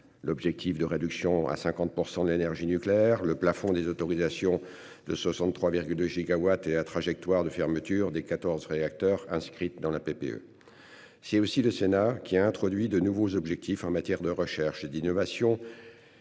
L'objectif de réduction à 50% de l'énergie nucléaire le plafond des autorisations de 63 2 gigawatts et la trajectoire de fermeture des 14 réacteurs inscrite dans la PPE. C'est aussi le Sénat qui a introduit de nouveaux objectifs en matière de recherche et d'innovation.